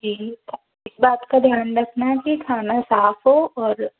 ठीक है इस बात का ध्यान रखना है कि खाना साफ़ हो और